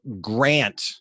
Grant